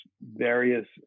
various